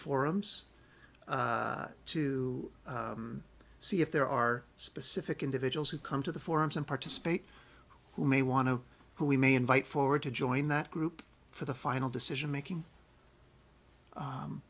forums to see if there are specific individuals who come to the forums and participate who may want to who we may invite forward to join that group for the final decision making